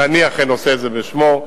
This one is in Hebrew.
ואני אכן עושה זאת בשמו,